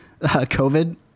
COVID